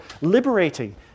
liberating